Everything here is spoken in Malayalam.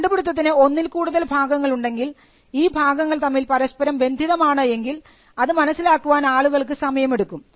കണ്ടുപിടിത്തത്തിന് ഒന്നിൽ കൂടുതൽ ഭാഗങ്ങൾ ഉണ്ടെങ്കിൽ ഈ ഭാഗങ്ങൾ തമ്മിൽ പരസ്പരം ബന്ധിതമാണ് എങ്കിൽ അത് മനസ്സിലാക്കാൻ ആളുകൾക്ക് സമയമെടുക്കും